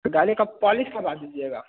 गाड़ी का पॉलिश करवा दीजिएगा